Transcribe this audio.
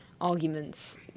arguments